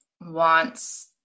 wants